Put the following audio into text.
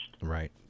Right